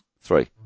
Three